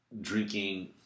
drinking